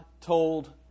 told